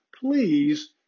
please